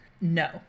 no